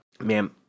man